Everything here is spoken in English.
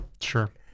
Sure